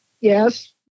Yes